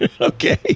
Okay